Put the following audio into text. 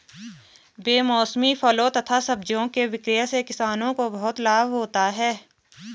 बेमौसमी फलों तथा सब्जियों के विक्रय से किसानों को बहुत लाभ होता है